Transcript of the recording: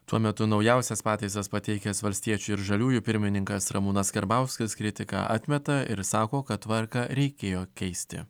tuo metu naujausias pataisas pateikęs valstiečių ir žaliųjų pirmininkas ramūnas karbauskis kritiką atmeta ir sako kad tvarką reikėjo keisti